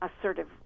assertive